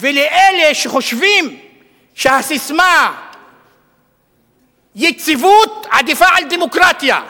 ולאלה שחושבים שהססמה "יציבות" עדיפה על דמוקרטיה.